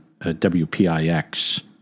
WPIX